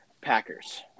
Packers